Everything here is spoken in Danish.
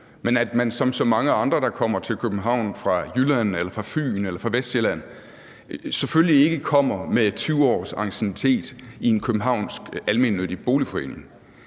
hvis man som så mange andre, der kommer til København fra Jylland eller fra Fyn eller fra Vestsjælland, selvfølgelig ikke kommer med 20 års anciennitet i en københavnsk almennyttig boligforening,